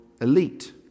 elite